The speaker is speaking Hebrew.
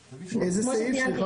הסעיף?